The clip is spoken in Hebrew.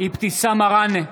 אבתיסאם מראענה,